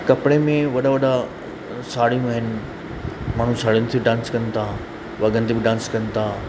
कपिड़े में वॾा वॾा साड़ियूं आहिनि माण्हू साड़ियुनि से डांस कनि था वॻनि ते बि डांस कनि था